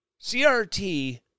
CRT